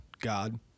God